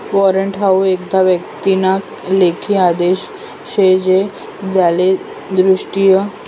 warrant हाऊ एखादा व्यक्तीना लेखी आदेश शे जो त्याले निर्दिष्ठ प्राप्तकर्त्याले रक्कम अदा करामा परवानगी देस